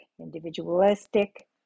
individualistic